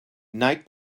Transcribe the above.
knight